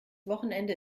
wochenende